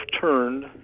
turned